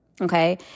Okay